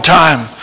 time